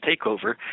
takeover